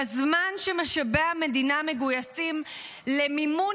בזמן שמשאבי המדינה מגויסים למימון